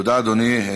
תודה, אדוני.